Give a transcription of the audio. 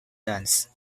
dance